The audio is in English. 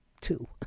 two